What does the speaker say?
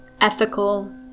ethical